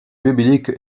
biblique